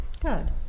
Good